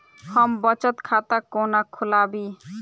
हम बचत खाता कोना खोलाबी?